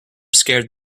scared